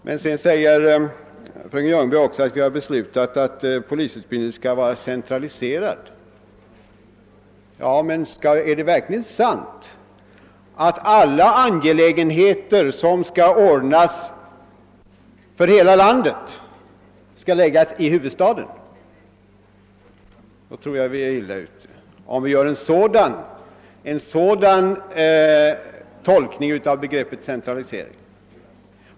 Fröken Ljungberg framhöll också att vi beslutat att polisutbildningen skall vara centraliserad, men är det verkligen riktigt att alla angelägenheter som gäller hela landet skall skötas i huvudstaden? Gör vi en sådan tolkning av begreppet centralisering tror jag vi är illa ute.